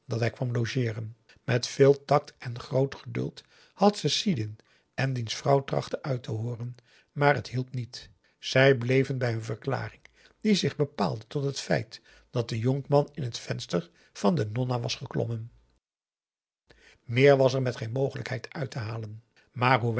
hij kwam logeeren met veel tact en groot geduld had ze sidin en diens vrouw trachten uit te hooren maar t hielp niet zij bleven bij hun verklaring die zich bepaalde tot het feit dat de jonkman in het venster van de nonna was geklommen meer was er met geen mogelijkheid uit te halen maar